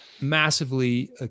massively